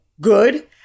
good